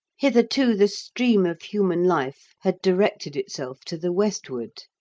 hitherto the stream of human life had directed itself to the westward,